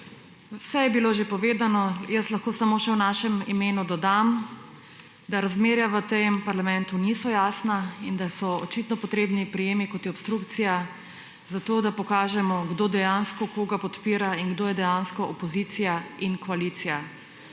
Vse je bilo že povedano, jaz lahko samo še v našem imenu dodam, da razmerja v tem parlamentu niso jasna in da so očitno potrebni prijemi, kot je obstrukcija, zato da pokažemo, kdo dejansko koga podpira in kdo je dejansko opozicija in koalicija.